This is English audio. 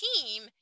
team